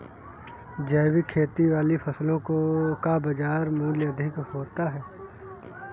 जैविक खेती वाली फसलों का बाजार मूल्य अधिक होता है